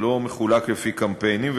זה לא מחולק לפי קמפיינים,